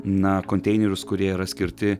na konteinerius kurie yra skirti